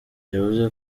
yavuze